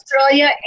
Australia